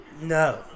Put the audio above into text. No